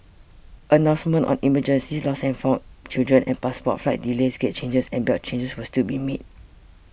announcements on emergencies lost and found children and passports flight delays gate changes and belt changes will still be made